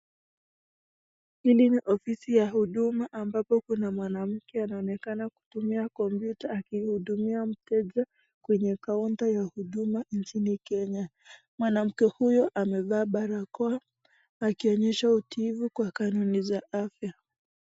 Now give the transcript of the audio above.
Hili ni ofisi ya huduma ambapo kuna mwanamke anaonekana kutumia kompyuta akihudumia mteja kwenye kaunta ya huduma nchini Kenya, mwanamke huyo amevaa barakoa akionyesha utiivu kwa kanuni za afya.